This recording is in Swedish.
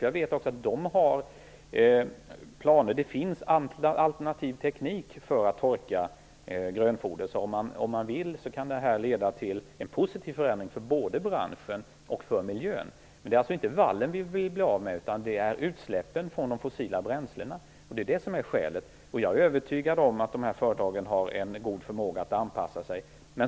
Jag vet att det finns planer och alternativ teknik inom branschen för att torka grönfoder. Om man vill kan detta leda till en positiv förändring för både branschen och miljön. Det är alltså inte vallen vi vill bli av med, utan utsläppen från de fossila bränslena. Det är det som är skälet. Jag är övertygad om att dessa företag har en god förmåga att anpassa sig.